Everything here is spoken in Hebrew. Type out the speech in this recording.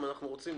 אם אנחנו רוצים,